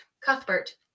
Cuthbert